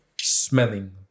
smelling